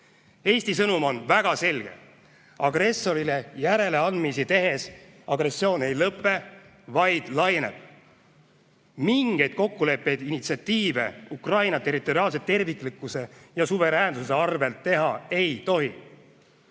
Eesti sõnum on väga selge: agressorile järeleandmisi tehes agressioon ei lõpe, vaid laieneb. Mingeid kokkuleppeid ja initsiatiive Ukraina territoriaalse terviklikkuse ja suveräänsuse arvel teha ei tohi.